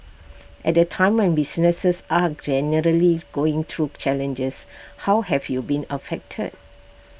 at A time when businesses are generally going through challenges how have you been affected